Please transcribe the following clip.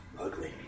Ugly